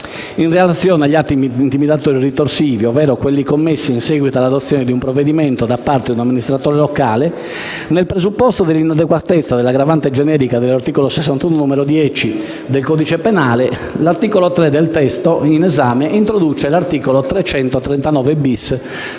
In relazione agli atti intimidatori ritorsivi, ovvero quelli commessi in seguito all'adozione di un provvedimento da parte di un amministratore locale, nel presupposto dell'inadeguatezza dell'aggravante generica di cui all'articolo 61, n. 10, del codice penale, l'articolo 3 del testo in esame introduce l'articolo 339*-bis*